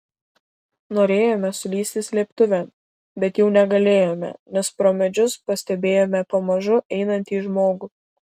norėjome sulįsti slėptuvėn bet jau negalėjome nes pro medžius pastebėjome pamažu einantį žmogų